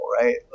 right